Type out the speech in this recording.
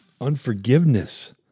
unforgiveness